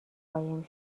قایم